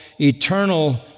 eternal